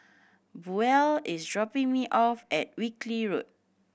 Buel is dropping me off at Wilkie Road